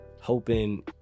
hoping